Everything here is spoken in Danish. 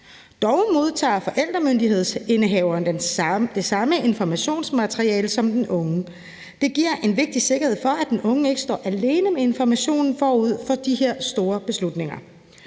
Dog modtager forældremyndighedsindehaveren det samme informationsmateriale som den unge. Det giver en vigtig sikkerhed for, at den unge ikke står alene med informationen forud for de her store beslutninger.